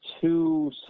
two